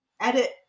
edit